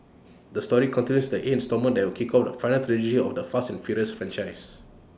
the story continues in the eight instalment that will kick off the final trilogy of the fast and furious franchise